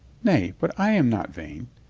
nay, but i am not vain.